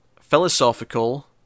philosophical